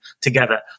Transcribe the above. together